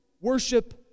worship